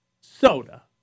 soda